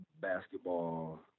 basketball